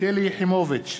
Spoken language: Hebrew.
שלי יחימוביץ,